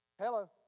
Hello